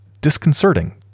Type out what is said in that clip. disconcerting